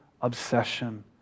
obsession